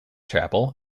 chapel